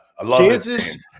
Kansas